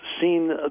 seen